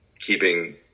keeping